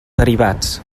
derivats